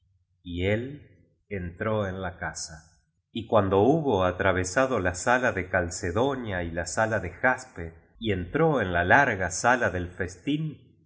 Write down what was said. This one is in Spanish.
y él entró ei la casa y cuando hubo atravesado la sala de calcedonia y la sala de aspe y entró en la larga sala del festín